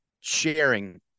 sharing